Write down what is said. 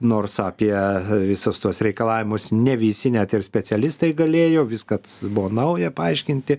nors apie visus tuos reikalavimus ne visi net ir specialistai galėjo viskas buvo nauja paaiškinti